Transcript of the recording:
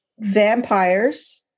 vampires